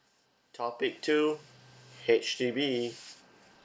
topic two H_D_B